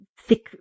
thick